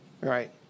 right